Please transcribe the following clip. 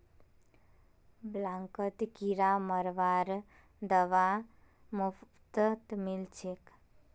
ब्लॉकत किरा मरवार दवा मुफ्तत मिल छेक